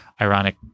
ironic